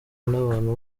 n’abantu